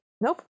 Nope